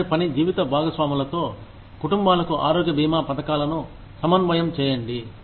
ఇద్దరి పని జీవిత భాగస్వాములతో కుటుంబాలకు ఆరోగ్య బీమా పథకాలను సమన్వయం చేయండి